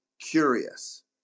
curious